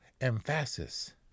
emphasis